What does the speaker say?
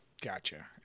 Gotcha